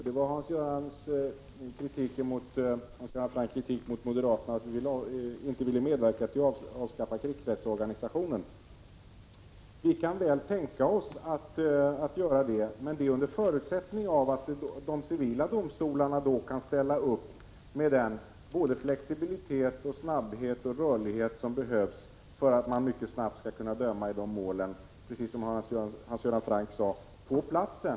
Det var Hans Göran Francks kritik mot moderaterna för att vi inte vill medverka till att avskaffa krigsrättsorganisationen. Vi kan väl tänka oss att göra det, men det är under förutsättning att de civila domstolarna kan ställa upp med den flexibilitet, snabbhet och rörlighet som behövs för att man mycket snabbt skall kunna döma i dessa mål, exakt som Hans Göran Franck sade, på platsen.